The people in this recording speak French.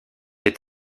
est